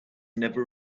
never